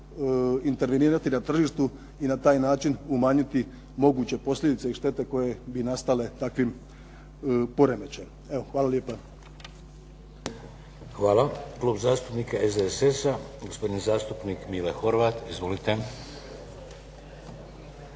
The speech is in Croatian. intervenirati na tržištu i na taj način umanjiti moguće posljedice i štete koje bi nastale takvim poremećajem. Evo, hvala lijepa. **Šeks, Vladimir (HDZ)** Hvala. Klub zastupnika SDSS-a, gospodin zastupnik Mile Horvat. Izvolite.